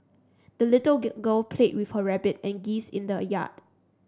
the little girl played with her rabbit and geese in the a yard